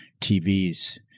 TVs